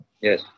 Yes